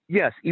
yes